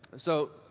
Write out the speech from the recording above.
so,